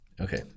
Okay